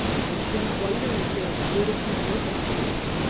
i shouldn't wonder if you're as good as you look, after all.